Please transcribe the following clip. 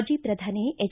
ಮಾಜಿ ಪ್ರಧಾನಿ ಎಚ್